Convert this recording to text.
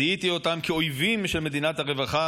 זיהיתי אותם כאויבים של מדינת הרווחה,